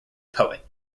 poet